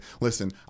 Listen